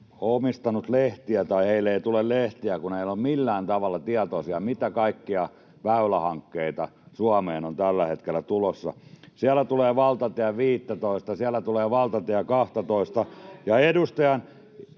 ei tule lehtiä, kun he eivät ole millään tavalla tietoisia, mitä kaikkia väylähankkeita Suomeen on tällä hetkellä tulossa. Siellä tulee valtatie 15:tä, siellä tulee valtatie